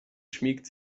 schmiegt